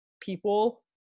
people